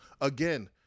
Again